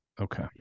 Okay